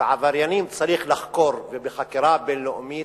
ועבריינים צריכים לחקור, ובחקירה בין-לאומית,